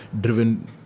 driven